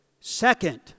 Second